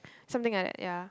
something like that ya